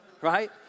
right